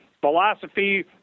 philosophy